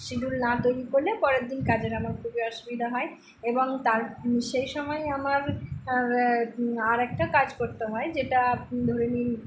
schedule না তৈরি করলে পরের দিন কাজের আমার খুবই অসুবিধা হয় এবং তার সেই সময় আমার আরেকটা কাজ করতে হয় যেটা ধরে নিন